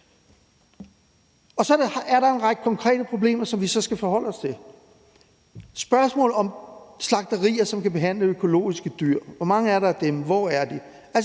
Så er der en række konkrete problemer, som vi så skal forholde os til. Der er spørgsmålet om slagterier, som kan håndtere økologiske dyr. Hvor mange er der af dem? Hvor er de?